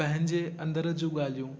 पंहिंजे अंदरु जूं ॻाल्हियूं